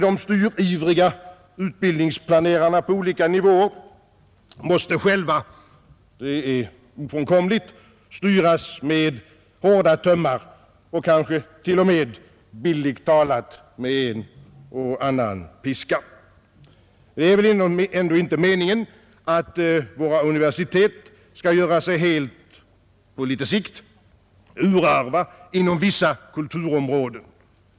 De styrivriga utbildningsplanerarna på olika nivåer måste själva — det är ofrånkomligt — styras med hårda tömmar och kanske t.o.m. bildligt talat med en och annan piska. Det är väl ändå inte meningen att våra universitet skall på litet längre sikt göras helt urarva inom vissa kulturområden.